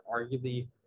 arguably